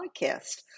podcast